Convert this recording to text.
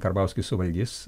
karbauskis suvaldys